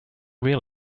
real